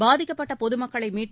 பாதிக்கப்பட்ட பொதுமக்களை மீட்டு